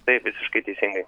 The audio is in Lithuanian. taip visiškai teisingai